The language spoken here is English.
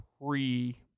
pre